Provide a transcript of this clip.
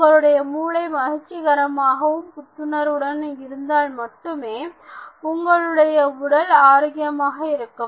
உங்களுடைய மூளை மகிழ்ச்சிகரமாகவும் புத்துணர்வுடன் இருந்தால் மட்டுமே உங்களுடைய உடல் ஆரோக்கியமாக இருக்கும்